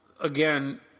again